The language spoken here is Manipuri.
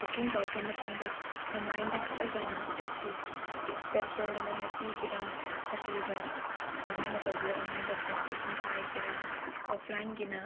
ꯕꯨꯀꯤꯡ ꯇꯧꯈ꯭ꯔ ꯃꯇꯨꯡꯗ ꯑꯣꯟꯂꯥꯏꯟꯗ ꯀꯛꯂꯒꯅ ꯑꯩꯁꯤ ꯇꯤꯀꯦꯠ ꯄꯦꯄꯔ ꯃꯣꯏꯅ ꯄꯤꯒꯦꯔ ꯅꯠꯇ꯭ꯔꯒ ꯀꯔꯝꯍꯥꯏꯅ ꯇꯧꯒꯦꯔ ꯑꯣꯟꯂꯥꯏꯟꯗ ꯐꯣꯟꯗ ꯑꯗꯨꯝ ꯄꯥꯏꯒꯦꯔ ꯑꯣꯐꯂꯥꯏꯟꯒꯤꯅ